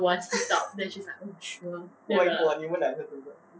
oh my god 你们两个真的是